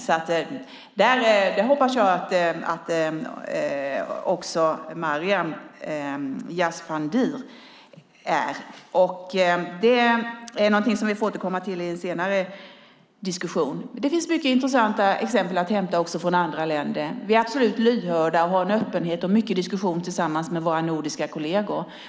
Det hoppas jag att också Maryam Yazdanfar är. Det är någonting som vi får återkomma till i en senare diskussion. Det finns många intressanta exempel att hämta från andra länder. Vi är absolut lyhörda, har en öppenhet och mycket diskussion med våra nordiska kolleger.